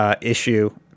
issue